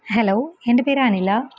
hello എന്റെ പേര് അനില